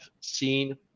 seen